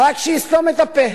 רק שיסתום את הפה.